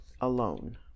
alone